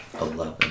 Eleven